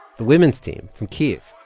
the women's team from kyiv